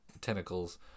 tentacles